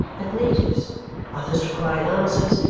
and natives others required answers,